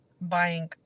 buying